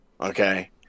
okay